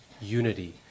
unity